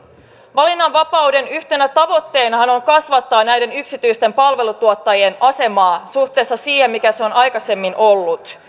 valinnanvapauden yhtenä tavoitteenahan on kasvattaa näiden yksityisten palveluntuottajien asemaa suhteessa siihen mikä se on aikaisemmin ollut